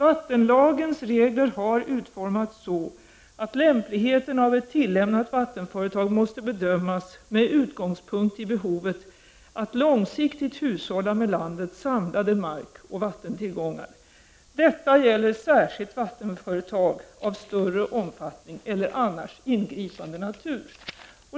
Vattenlagens regler har utformats så, att lämpligheten av ett tillämnat vattenföretag måste bedömas med utgångspunkt i behovet att långsiktigt hushålla med landets samlade markoch vattentillgångar. Detta gäller särskilt vattenföretag av större omfattning eller annars ingripande natur.